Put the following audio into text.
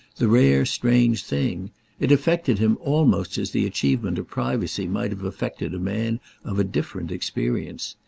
the rare strange thing it affected him almost as the achievement of privacy might have affected a man of a different experience.